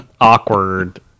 awkward